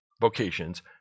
vocations